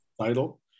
title